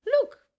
look